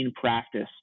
practice